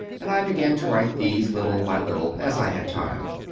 and i began to write these little by little, as i had time.